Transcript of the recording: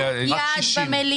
רק 60. הרימו יד במליאה.